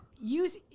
use